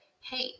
hey